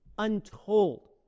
untold